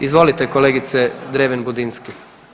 Izvolite kolegice Dreven Budinski.